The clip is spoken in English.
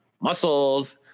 muscles